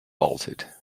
bolted